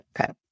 Okay